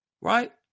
right